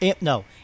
no